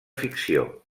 ficció